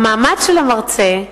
המעמד של המרצה,